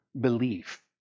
belief